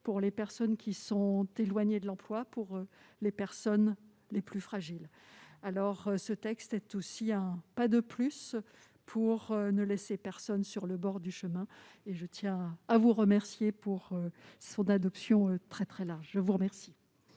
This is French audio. pour les personnes éloignées de l'emploi, pour les personnes les plus fragiles. C'est un pas de plus pour ne laisser personne sur le bord du chemin, et je tiens à vous remercier pour son adoption très large. Mes chers